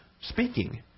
speaking